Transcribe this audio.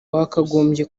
wakagombye